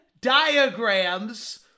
Diagrams